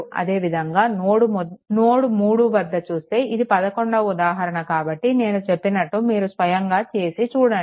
అదే విధంగా నోడ్3 వద్ద ఇది 11వ ఉదాహరణ కాబట్టి నేను చెప్పినట్టు మీరు స్వయంగా చేసి చూడండి